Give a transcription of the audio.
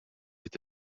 est